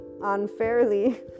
unfairly